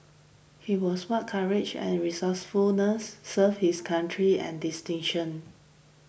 he was what courage and resourcefulness served his country and distinction